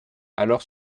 alors